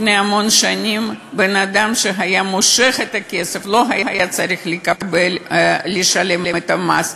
לפני המון שנים בן-אדם שהיה מושך את הכסף לא היה צריך לשלם את המס.